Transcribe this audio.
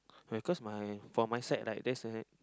don't cause my for my side right there's a